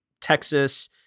Texas